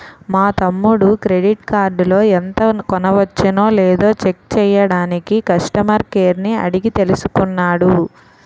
మా తమ్ముడు క్రెడిట్ కార్డులో ఎంత కొనవచ్చునో లేదో చెక్ చెయ్యడానికి కష్టమర్ కేర్ ని అడిగి తెలుసుకున్నాడు